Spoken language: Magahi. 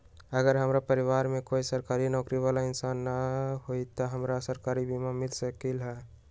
अगर हमरा परिवार में कोई सरकारी नौकरी बाला इंसान हई त हमरा सरकारी बीमा मिल सकलई ह?